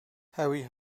harry